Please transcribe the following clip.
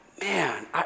man